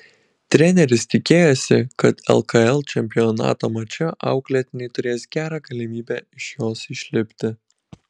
treneris tikėjosi kad lkl čempionato mače auklėtiniai turės gerą galimybę iš jos išlipti